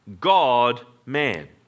God-man